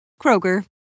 Kroger